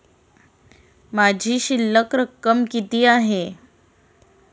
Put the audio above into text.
माझी शिल्लक रक्कम किती आहे?